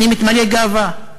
אני מתמלא גאווה.